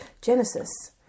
genesis